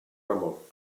remor